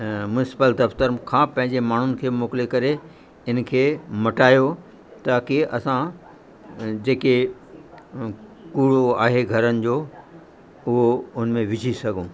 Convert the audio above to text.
municipal दफ़्तर खां पंहिंजे माण्हुनि खे मोकिले करे इन खे मटायो ताकी असां जेके कूड़ो आहे घरनि जो उहो उन में विझी सघऊं